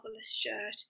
shirt